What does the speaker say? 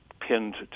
pinned